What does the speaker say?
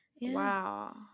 wow